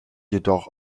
jedoch